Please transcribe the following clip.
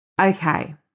Okay